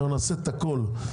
אנחנו נעשה את הכל,